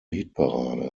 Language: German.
hitparade